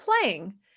playing